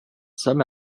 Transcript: some